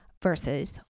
versus